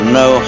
no